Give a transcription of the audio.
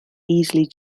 easily